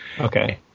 Okay